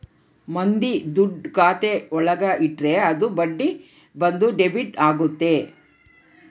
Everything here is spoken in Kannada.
ಮಂದಿ ದುಡ್ಡು ಖಾತೆ ಒಳಗ ಇಟ್ರೆ ಅದು ಬಡ್ಡಿ ಬಂದು ಡೆಬಿಟ್ ಆಗುತ್ತೆ